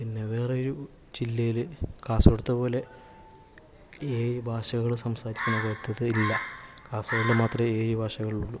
പിന്നെ വേറൊരു ജില്ലയിൽ കാസര്ഗോഡത്തെ പോലെ ഈ ഭാഷകൾ സംസാരിക്കുന്നത്തേത് ഇല്ല കാസര്ഗോഡിൽ മാത്രമേ ഏഴു ഭാഷകള് ഉള്ളൂ